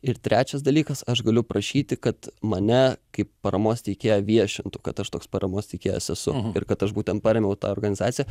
ir trečias dalykas aš galiu prašyti kad mane kaip paramos teikėją viešintų kad aš toks paramos teikėjas esu ir kad aš būtent parėmiau tą organizaciją